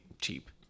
cheap